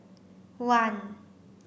one